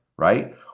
right